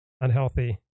Unhealthy